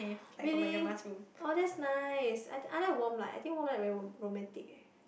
really oh that's nice I I like warm light I think warm light very rom~ romantic leh